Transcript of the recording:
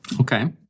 Okay